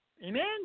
Amen